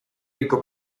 ricco